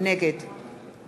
נגד